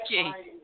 Okay